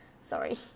Sorry